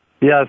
yes